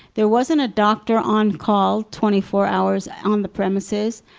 there wasn't a doctor on call twenty-four hours on the premises.